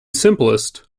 simplest